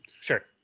Sure